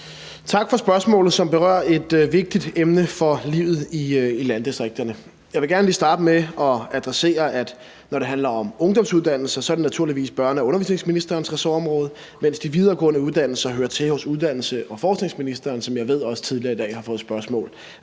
Tak for spørgsmålet, som berører et vigtigt emne for livet i landdistrikterne. Jeg vil gerne lige starte med at adressere, at når det handler om ungdomsuddannelser, er det naturligvis børne- og undervisningsministerens ressortområde, mens de videregående uddannelser hører til hos uddannelses- og forskningsministeren, som jeg ved også tidligere i dag har fået spørgsmål